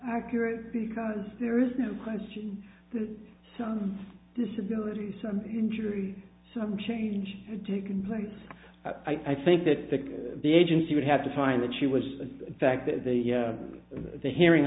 accurate because there is no question that some disability some injury some change had taken place i think that the agency would have to find that she was the fact that the the hearing